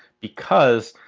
because.